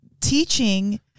teaching